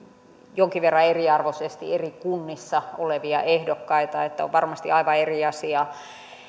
jonkin verran eriarvoisesti eri kunnissa olevia ehdokkaita on varmasti aivan eri asia